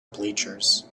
bleachers